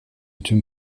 tüm